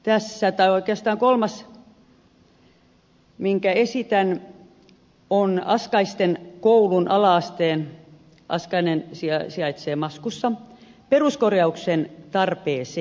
kolmas talousarvioaloite minkä esitän on askaisten koulun ala asteen askainen sijaitsee maskussa peruskorjauksen tarpeeseen